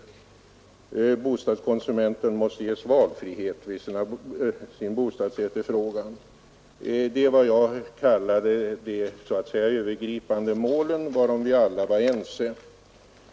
Bostadskonsumenten måste ges valfrihet vid sin bostadsefterfrågan.” Detta är vad jag kallade de övergripande målen, varom vi alla var ense.